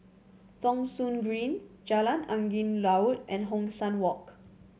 Thong Soon Green Jalan Angin Laut and Hong San Walk